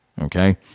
Okay